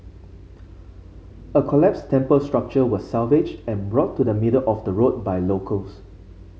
a collapsed temple structure was salvaged and brought to the middle of the road by locals